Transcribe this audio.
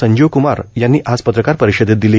संजीव क्मार यांनी आज पत्रकार परिषदेत दिली